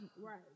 right